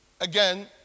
Again